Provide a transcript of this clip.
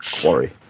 quarry